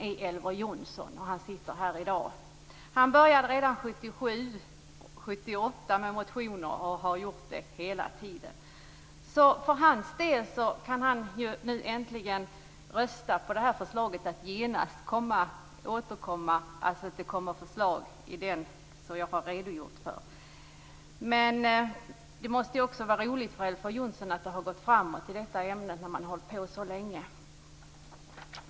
Han började med motioner redan 1977 och 1978 och har fortsatt hela tiden. Nu kan han ju äntligen rösta på det här förslaget om att genast återkomma med förslag, som jag har redogjort för. Det måste också vara roligt för Elver Jonsson att det har gått framåt i det här ämnet när han har hållit på så länge.